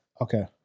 Okay